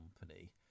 company